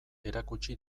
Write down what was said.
erakutsi